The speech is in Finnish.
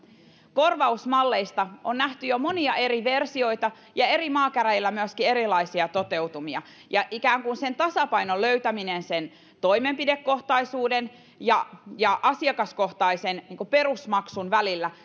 korvausmalleista on nähty jo monia eri versioita ja eri maakäräjillä myöskin erilaisia toteutumia ja ikään kuin sen tasapainon löytäminen toimenpidekohtaisuuden ja ja asiakaskohtaisen perusmaksun välillä